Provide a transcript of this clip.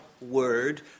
word